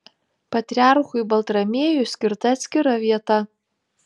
patriarchui baltramiejui skirta atskira vieta